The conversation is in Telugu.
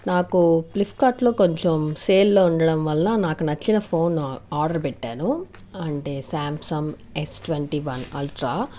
నాకు ప్లిఫ్కార్ట్లో కొంచెం సేల్లో ఉండడం వల్ల నాకు నచ్చిన ఫోన్ ఆర్డర్ పెట్టాను అంటే Samsung S twenty one ultra